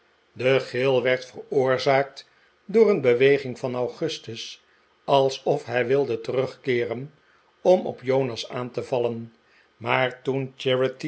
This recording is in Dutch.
de gil werd veroorzaakt door een beweging van augustus alsof hij wilde terugkeeren om op jonas aan te vallen maar toen